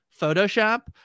Photoshop